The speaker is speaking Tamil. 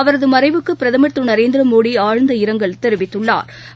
அவரதுமறைவுக்குபிரதமா் திருநரேந்திரமோஆழ்ந்த இரங்கல் தெரிவித்துள்ளாா்